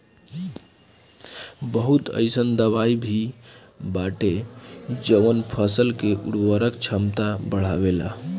बहुत अईसन दवाई भी बाटे जवन फसल के उर्वरक क्षमता बढ़ावेला